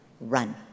run